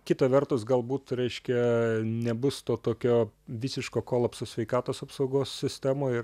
kita vertus galbūt reiškia nebus to tokio visiško kolapso sveikatos apsaugos sistemoj ir